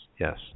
yes